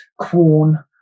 corn